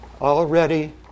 Already